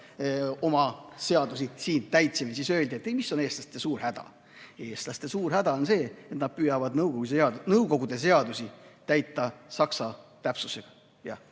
oma seadusi siin täitsime, siis öeldi, et mis on eestlaste suur häda – eestlaste suur häda on see, et nad püüavad nõukogude seadusi täita saksa täpsusega.